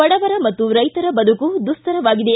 ಬಡವರ ಮತ್ತು ರೈತರ ಬದುಕು ದುಸ್ತರವಾಗಿದೆ